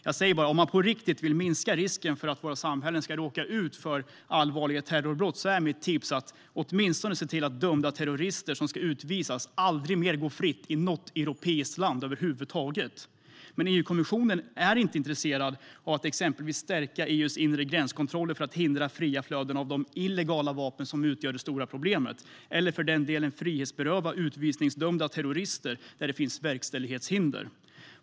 Jag säger bara följande: Om man på riktigt vill minska risken för att våra samhällen ska råka ut för allvarliga terrorbrott är mitt tips att åtminstone se till att dömda terrorister som ska utvisas aldrig mer går fria i något europeiskt land över huvud taget. EU-kommissionen är dock inte intresserad av att exempelvis stärka EU:s inre gränskontroller för att hindra fria flöden av de illegala vapen som utgör det stora problemet eller för den delen av att frihetsberöva utvisningsdömda terrorister där det finns verkställighetshinder.